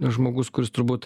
žmogus kuris turbūt